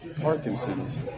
Parkinson's